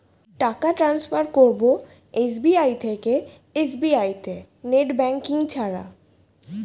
টাকা টান্সফার করব এস.বি.আই থেকে এস.বি.আই তে নেট ব্যাঙ্কিং ছাড়া?